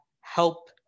help